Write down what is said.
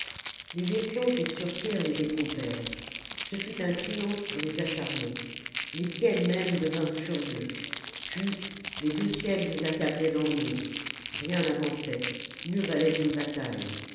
les espions qu'ils surprirent les détrompèrent ce fut un triomphe pour les acharnés les tièdes mêmes devinrent furieux puis les deux sièges les accablaient d'ennui rien n'avançait mieux valait une bataille